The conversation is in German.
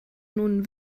nun